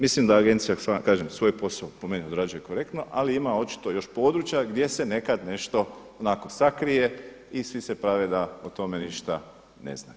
Mislim da agencija kažem svoj posao po meni odrađuje korektno, ali ima očito još područja gdje se nekad nešto onako sakrije i svi se prave da o tome ništa ne znaju.